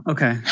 Okay